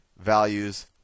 values